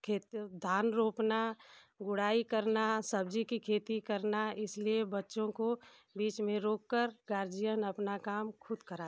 खेत धान रोपना गुड़ाई करना सब्ज़ी की खेती करना इसलिए बच्चों को बीच में रोककर गार्जियन अपना काम ख़ुद कराता है